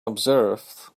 observed